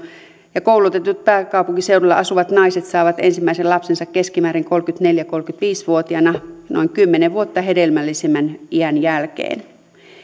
ja koulutetut pääkaupunkiseudulla asuvat naiset saavat ensimmäinen lapsensa keskimäärin kolmekymmentäneljä viiva kolmekymmentäviisi vuotiaana noin kymmenen vuotta hedelmällisimmän iän jälkeen